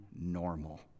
normal